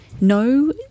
no